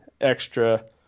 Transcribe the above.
extra